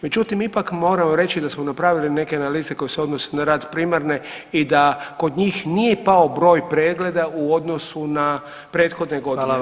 Međutim ipak moramo reći da smo napravili neke analize koje se odnose na rad primarne i da kod njih nije pao broj pregleda u odnosu na prethodne godine.